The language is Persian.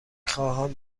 خواهم